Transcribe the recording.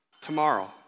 tomorrow